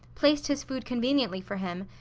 placed his food conveniently for him,